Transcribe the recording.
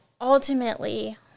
ultimately